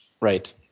Right